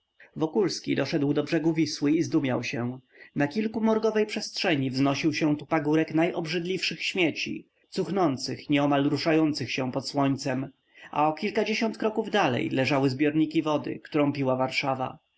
wokulski doszedł do brzegu wisły i zdumiał się na kilkumorgowej przestrzeni wznosił się tu pagórek najobrzydliwszych śmieci cuchnących nieomal ruszających się pod słońcem a o kilkadziesiąt kroków dalej leżały zbiorniki wody którą piła warszawa